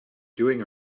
doing